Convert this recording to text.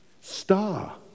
star